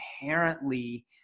inherently